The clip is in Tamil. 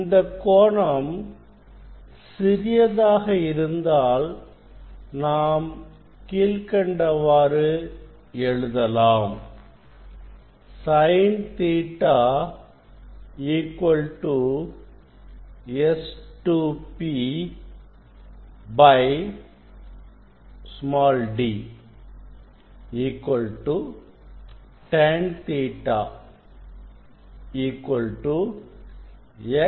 இந்தக்கோணம் சிறியதாக இருந்தால் நாம் கீழ்க்கண்டவாறு எழுதலாம் Sin Ɵ S2P d tan Ɵ x D